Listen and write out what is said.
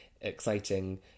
exciting